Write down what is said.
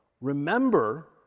remember